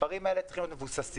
המספרים האלה צריכים להיות מבוססים.